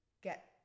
get